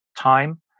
time